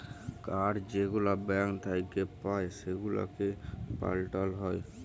card যেগুলা bank থ্যাইকে পাই সেগুলাকে পাল্টাল যায়